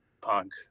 punk